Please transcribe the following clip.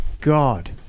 god